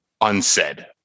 unsaid